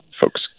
folks